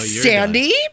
Sandy